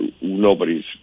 nobody's